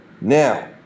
Now